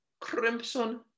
Crimson